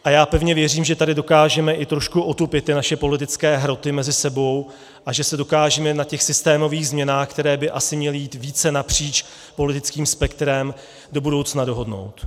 A já pevně věřím, že tady dokážeme i trošku otupit ty naše politické hroty mezi sebou a že se dokážeme na těch systémových změnách, které by asi měly jít více napříč politickým spektrem, do budoucna dohodnout.